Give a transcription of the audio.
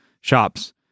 shops